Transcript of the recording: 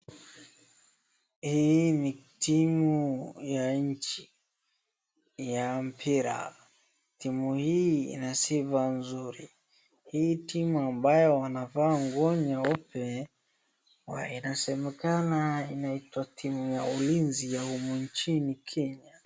Hii ni timu ya nchi ya mpira. Timu hii Ina sifa nzuri. Hii timu ambayo wanavaa nguo nyeupe inasemekana inaitwa timu ya ulinzi humu nchini Kenya.